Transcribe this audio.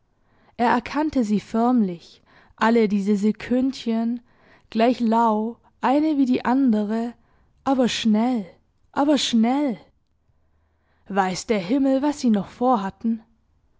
er erkannte sie förmlich alle diese sekündchen gleich lau eine wie die andere aber schnell aber schnell weiß der himmel was sie noch vorhatten